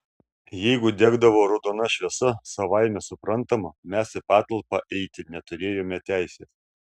jeigu degdavo raudona šviesa savaime suprantama mes į patalpą eiti neturėjome teisės